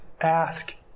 ask